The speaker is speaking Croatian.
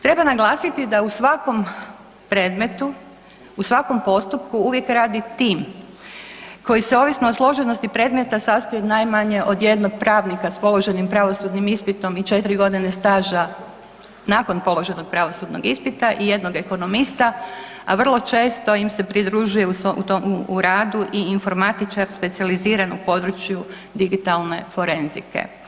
Treba naglasiti da u svakom predmetu, u svakom postupku uvijek radi tim koji se ovisno o složenosti predmeta sastoji najmanje od jednog pravnika s položenim pravosudnim ispitom i 4 g. staža nakon položenog pravosudnog ispita i jednoga ekonomista a vrlo često im se pridružuje u svom tom radu i informatičar specijaliziran u području digitalne forenzike.